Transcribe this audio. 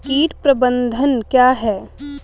कीट प्रबंधन क्या है?